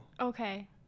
Okay